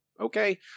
okay